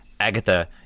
Agatha